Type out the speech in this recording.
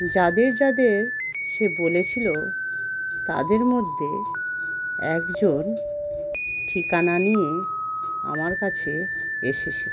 যাদের যাদের সে বলেছিল তাদের মধ্যে একজন ঠিকানা নিয়ে আমার কাছে এসেছিল